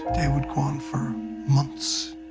they would go on for months.